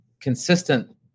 consistent